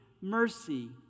mercy